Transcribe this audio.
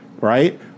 right